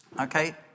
Okay